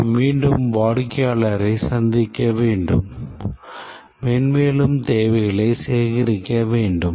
நாம் மீண்டும் வாடிக்கையாளரைச் சந்திக்க வேண்டும் மென்மேலும் தேவைகளைச் சேகரிக்க வேண்டும்